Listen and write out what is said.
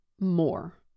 more